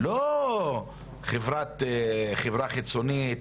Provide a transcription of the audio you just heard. לא חברה חיצונית,